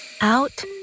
Out